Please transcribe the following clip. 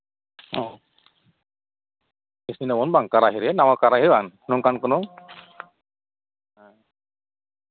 ᱚ ᱤᱥᱤᱱ ᱟᱵᱚᱱ ᱵᱟᱝ ᱱᱟᱣᱟ ᱠᱟᱨᱟᱦᱤᱨᱮ ᱱᱚᱝᱠᱟᱱ ᱠᱚᱱᱚ ᱦᱮᱸ